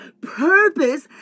purpose